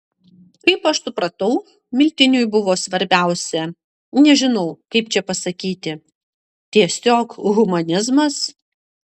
kaip aš supratau miltiniui buvo svarbiausia nežinau kaip čia pasakyti tiesiog humanizmas